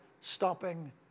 stopping